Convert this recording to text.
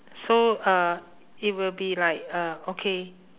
so uh it will be like uh okay